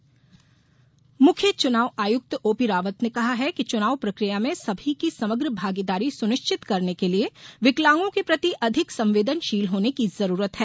चुनाव विमर्श मुख्य चुनाव आयुक्त ओपी रावत ने कहा है कि चुनाव प्रक्रिया में सभी की समग्र भागीदारी सुनिश्चित करने के लिये विकलांगों के प्रति अधिक संवेदनशील होने की जरूरत है